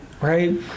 right